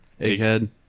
Egghead